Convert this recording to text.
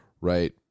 right